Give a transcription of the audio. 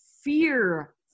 fear